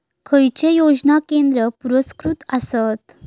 खैचे योजना केंद्र पुरस्कृत आसत?